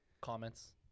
comments